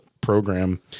program